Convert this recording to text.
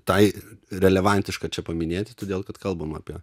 tai relevantiška čia paminėti todėl kad kalbam apie